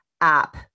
app